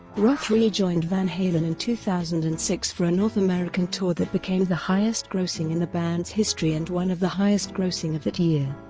roth re-joined van halen in two thousand and six for a north american tour that became the highest grossing in the band's history and one of the highest grossing of that year.